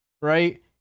right